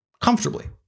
Comfortably